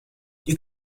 you